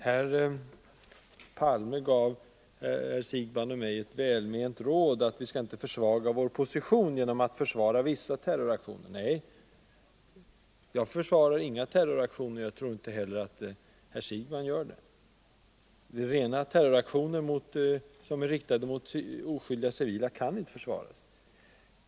Herr Palme gav herr Siegbahn och mig det välmenta rådet att inte försvaga vår position genom att försvara vissa terroraktioner. Nej, jag försvarar inga terroraktioner. Jag tror inte heller att herr Siegbahn gör det. Rena terroraktioner som är riktade mot oskyldiga civila kan inte försvaras.